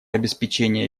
обеспечения